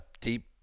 deep